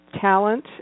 talent